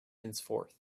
henceforth